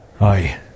Aye